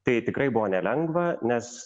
tai tikrai buvo nelengva nes